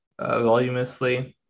volumously